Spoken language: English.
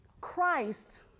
Christ